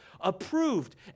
approved